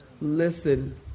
Listen